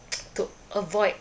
to avoid